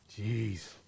Jeez